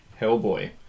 Hellboy